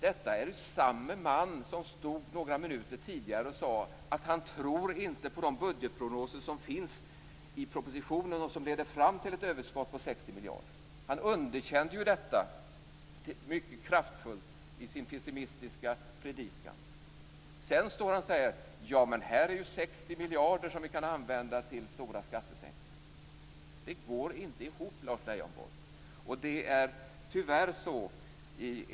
Detta är samme man som några minuter tidigare sade att han inte tror på de budgetprognoser som finns i propositionen och som leder fram till ett överskott på 60 miljarder. Han underkände dessa mycket kraftfullt i sin pessimistiska predikan. Sedan sade han: Ja, men här finns ju 60 miljarder som vi kan använda till stora skattesänkningar. Det går inte ihop, Lars Leijonborg.